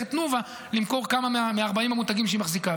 את תנובה למכור כמה מ-40 המותגים שהיא מחזיקה.